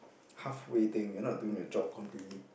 half way thing you're not doing your job completely